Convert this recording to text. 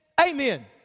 Amen